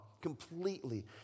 completely